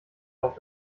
auf